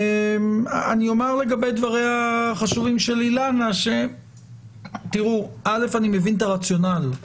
לגבי דבריה החשובים שלאילנה, אני מבין את הרציונל,